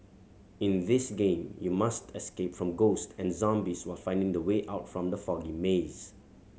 in this game you must escape from ghost and zombies while finding the way out from the foggy maze